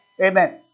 Amen